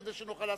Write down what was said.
כדי שנוכל לעשות,